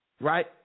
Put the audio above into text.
right